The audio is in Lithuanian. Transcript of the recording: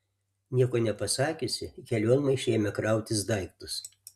nieko nepasakiusi į kelionmaišį ėmė krautis daiktus